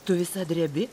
tu visa drebi